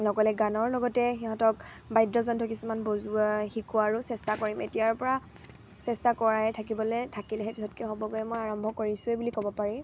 গানৰ লগতে সিহঁতক বাদ্যযন্ত্ৰ কিছুমান বজোৱা শিকোৱাৰো চেষ্টা কৰিম এতিয়াৰ পৰা চেষ্টা কৰাই থাকিবলে থাকিলহে পিছতকে হ'বগৈ মই আৰম্ভ কৰিছোৱেই বুলি ক'ব পাৰি